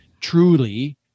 truly